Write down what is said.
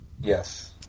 Yes